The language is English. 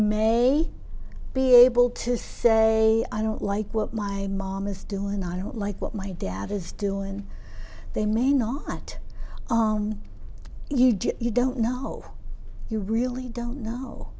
may be able to say i don't like what my mom is doing i don't like what my dad is doing and they may not own you don't know you really don't know